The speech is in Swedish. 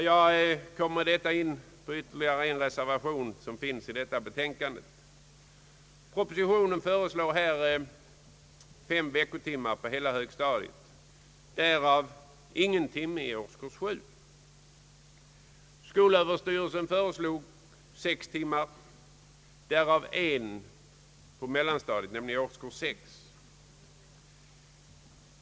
Jag kommer därmed in på ytterligare en reservation till utlåtandet. Propositionen föreslår fem veckotimmar på hela högstadiet, därav ingen timme i årskurs 7. Skolöverstyrelsen föreslog sex timmar, varav en på mellanstadiet, nämligen i årskurs 6.